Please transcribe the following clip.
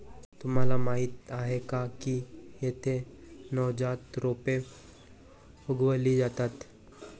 तुम्हाला माहीत आहे का की येथे नवजात रोपे उगवली जातात